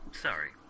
Sorry